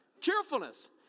Cheerfulness